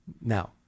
Now